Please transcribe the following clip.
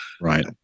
right